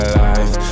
life